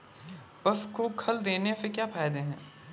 पशु को खल देने से क्या फायदे हैं?